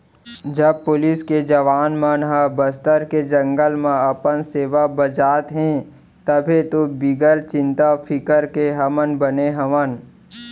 जब पुलिस के जवान मन ह बस्तर के जंगल म अपन सेवा बजात हें तभे तो बिगर चिंता फिकर के हमन बने हवन